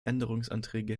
änderungsanträge